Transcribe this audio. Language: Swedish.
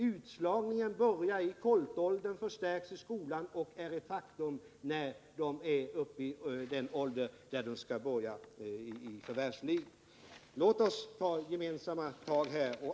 Utslagningen börjar i koltåldern, förstärks i skolan och är ett faktum när ungdomarna kommer upp i den ålder då de skall börja förvärvsarbeta. Låt oss här ta gemensamma tag!